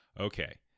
okay